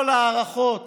כל ההערכות